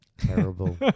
Terrible